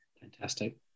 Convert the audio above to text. Fantastic